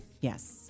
yes